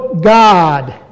God